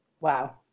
Wow